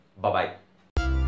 Bye-bye